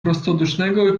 prostodusznego